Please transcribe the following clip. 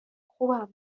خوبم